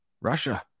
russia